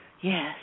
yes